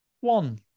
one